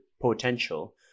potential